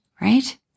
right